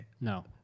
No